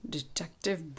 Detective